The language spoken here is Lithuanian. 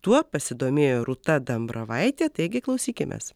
tuo pasidomėjo rūta dambravaitė taigi klausykimės